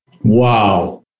Wow